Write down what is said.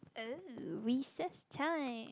oh recess time